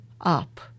up